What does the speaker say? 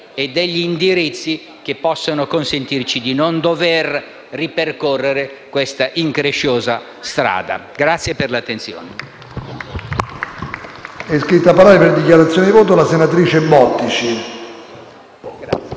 e degli indirizzi che possano consentirci di non dover ripercorrere questa incresciosa strada. *(Applausi